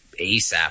ASAP